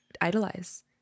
idolize